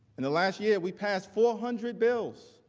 in the last year we passed four hundred bills,